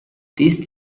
this